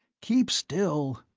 keep still.